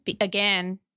again